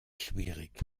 schwierig